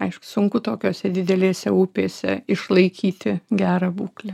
aišku sunku tokiose didelėse upėse išlaikyti gerą būklę